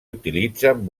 utilitzen